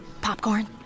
Popcorn